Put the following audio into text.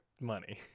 money